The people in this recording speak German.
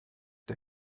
der